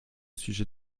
sujet